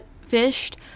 fished